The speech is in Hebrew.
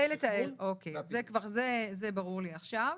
אוקיי, זה ברור לי עכשיו.